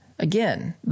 Again